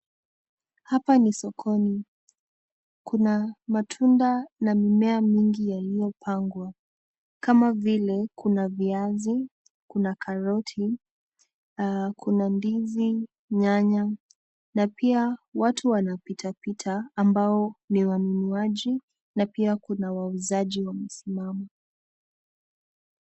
Hapa ni sokoni, kuna matunda na mimea mingi yaliyopangwa kama vile kuna viazi, kuna karoti na kuna ndizi, nyanya na pia watu wanapitapita ambao ni wanunuaji na pia kuna wauzaji wamesimama.